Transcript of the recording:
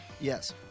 Yes